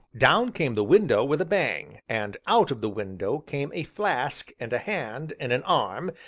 down came the window with a bang, and out of the window came a flask, and a hand, and an arm,